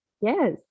Yes